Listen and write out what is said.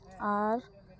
ᱟᱨ